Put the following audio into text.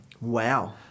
Wow